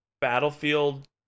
Battlefield